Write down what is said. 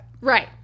right